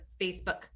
Facebook